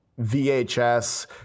VHS